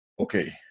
okay